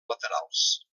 laterals